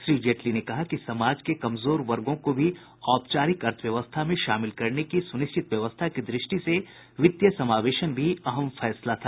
श्री जेटली ने कहा कि समाज के कमजोर वर्गों को भी औपचारिक अर्थव्यवस्था में शामिल करने की सुनिश्चित व्यवस्था की दृष्टि से वित्तीय समावेशन भी अहम फैसला था